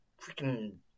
freaking